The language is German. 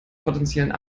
potenziellen